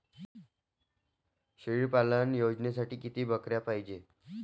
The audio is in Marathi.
शेळी पालन योजनेसाठी किती बकऱ्या पायजे?